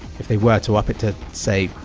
if they were to up it to, say,